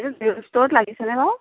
এইটা ষ্টত লাগিছেনে বাৰু